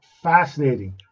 fascinating